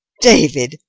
david,